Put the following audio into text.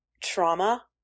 trauma